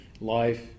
life